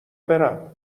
برم